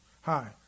Hi